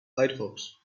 firefox